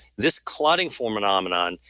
this clotting forme nomenon,